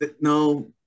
No